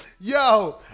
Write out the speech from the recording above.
Yo